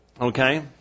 Okay